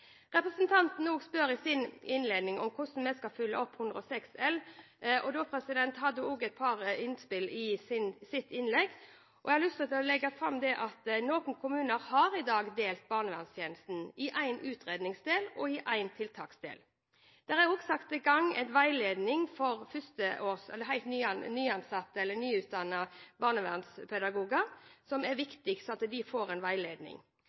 Representanten spør i sin interpellasjon om hvordan vi skal følge opp Prop. 106 L for 2012–2013, og hun hadde også et par innspill i sitt innlegg. Jeg har lyst til å si at noen kommuner har i dag delt barnevernstjenesten i en utredningsdel og en tiltaksdel. Det er også satt i gang en veiledning for nyansatte/nyutdannede barnevernspedagoger – det er viktig at de får veiledning.